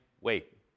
wait